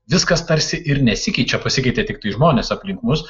viskas tarsi ir nesikeičia pasikeitė tiktai žmonės aplink mus